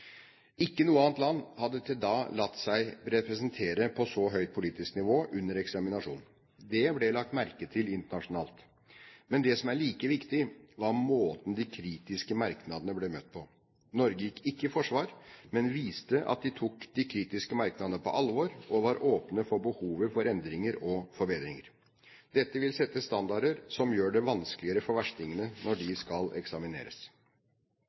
Ikke noe annet land hadde til da latt seg representere på så høyt politisk nivå under eksaminasjonen. Det ble lagt merke til internasjonalt. Men det som er like viktig, var måten de kritiske merknadene ble møtt på. Norge gikk ikke i forsvar, men viste at de tok de kritiske merknadene på alvor og var åpne for behovet for endringer og forbedringer. Dette vil sette standarder som gjør det vanskeligere for verstingene når de skal eksamineres.